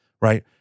right